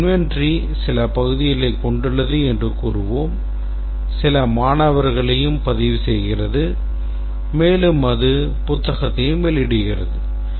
இது inventory சில பகுதியைக் கொண்டுள்ளது என்று கூறுவோம் சில மாணவர்களையும் பதிவுசெய்கிறது மேலும் அது புத்தகத்தையும் வெளியிடுகிறது